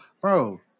bro